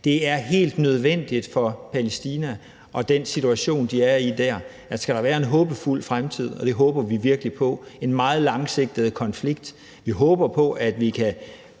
Det er helt nødvendigt for Palæstina og den situation, de er i, hvis der skal være en håbefuld fremtid – og det håber vi virkelig på. Det er en meget langsigtet konflikt, og vi håber på, at vi kan